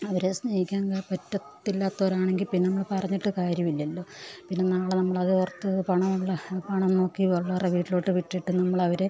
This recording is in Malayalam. അവരെ സ്നേഹിക്കാൻ പറ്റത്തില്ലാത്തവരാണെങ്കിൽ പിന്നെ എന്നാ പറഞ്ഞിട്ട് കാര്യമില്ലല്ലോ പിന്നെ നാളെ നമ്മളതോർത്ത് പണമുള്ള പണം നോക്കി വല്ലവരുടെ വീട്ടിലോട്ട് വിട്ടിട്ട് നമ്മളവരെ